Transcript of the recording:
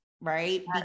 right